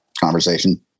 conversation